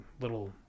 little